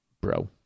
bro